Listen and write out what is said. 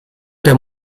der